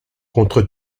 contre